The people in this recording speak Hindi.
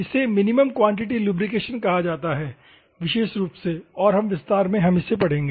इसे मिनिमम क्वांटिटी लुब्रिकेशन कहा जाता है विशेष रूप से और विस्तार में हम इसे देखेंगे